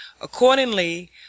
Accordingly